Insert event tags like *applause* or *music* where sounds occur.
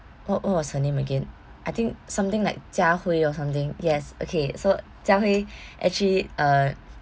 what what was her name again I think something like jia hui or something yes okay so jia hui *breath* actually uh